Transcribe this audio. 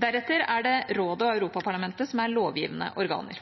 Deretter er det Rådet og Europaparlamentet som er lovgivende organer.